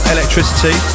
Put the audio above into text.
Electricity